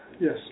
Yes